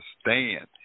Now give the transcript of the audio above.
stand